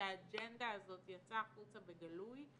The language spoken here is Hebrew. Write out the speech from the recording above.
שהאג'נדה הזאת יצאה החוצה בגלוי,